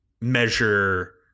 measure